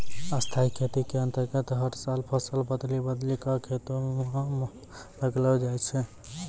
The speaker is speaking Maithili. स्थाई खेती के अन्तर्गत हर साल फसल बदली बदली कॅ खेतों म लगैलो जाय छै